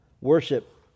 worship